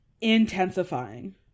intensifying